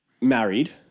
married